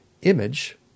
image